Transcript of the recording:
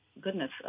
goodness